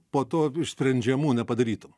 po to išsprendžiamų nepadarytum